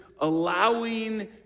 allowing